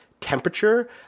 temperature